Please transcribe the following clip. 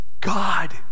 God